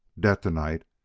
detonite,